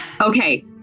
Okay